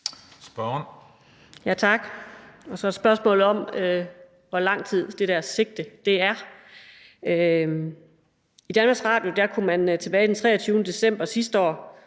Matthiesen (V): Så er spørgsmålet, hvor langt det der sigte er. I Danmarks Radio kunne man tilbage den 23. december sidste år